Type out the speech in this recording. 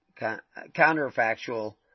counterfactual